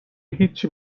هیچی